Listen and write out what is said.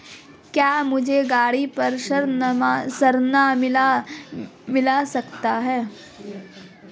क्या मुझे गाड़ी पर ऋण मिल सकता है?